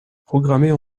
programmer